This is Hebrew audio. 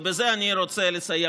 ובזה אני רוצה לסיים,